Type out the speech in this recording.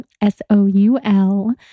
S-O-U-L